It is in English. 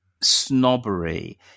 snobbery